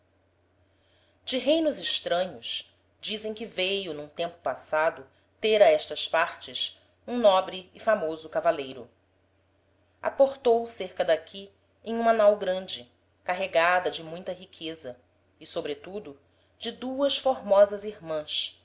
de reinos estranhos dizem que veio n'um tempo passado ter a estas partes um nobre e famoso cavaleiro aportou cerca d'aqui em uma nau grande carregada de muita riqueza e sobretudo de duas formosas irmans